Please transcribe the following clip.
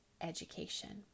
education